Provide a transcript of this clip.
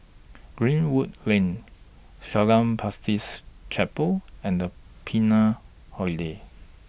Greenwood Lane Shalom Baptist Chapel and The Patina Hotel